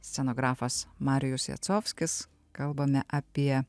scenografas marijus jacovskis kalbame apie